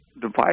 device